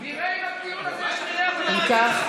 אם כך.